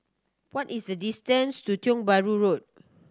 what is the distance to Tiong Bahru Road